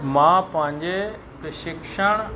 मां पंहिंजे प्रशिक्षण